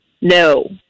No